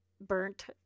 burnt